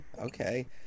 okay